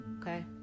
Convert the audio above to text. okay